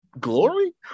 glory